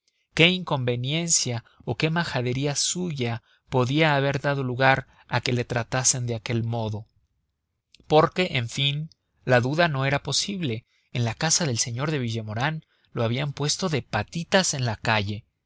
qué inconveniencia o qué majadería suya podía haber dado lugar a que le tratasen de aquel modo porque en fin la duda no era posible en la casa del señor de villemaurin lo habían puesto de patitas en la calle